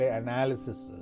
analysis